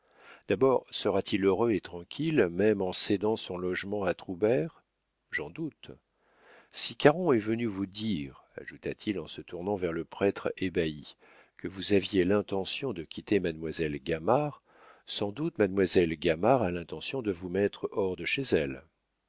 d'abord sera-t-il heureux et tranquille même en cédant son logement à troubert j'en doute si caron est venu vous dire ajouta-t-il en se tournant vers le prêtre ébahi que vous aviez l'intention de quitter mademoiselle gamard sans doute mademoiselle gamard a l'intention de vous mettre hors de chez elle